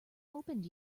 opened